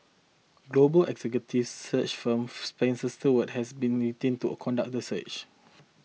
global executive search firm Spencer Stuart has been retained to conduct the search